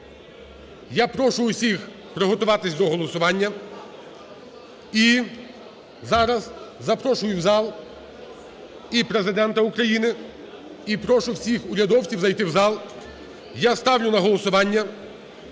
Я прошу усіх приготуватись до голосування. І зараз запрошую в залі і Президента України, і прошу всіх урядовців зайти в зал. Я ставлю на голосування